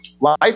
Life